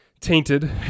tainted